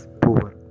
poor